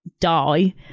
die